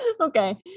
Okay